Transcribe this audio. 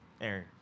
Aaron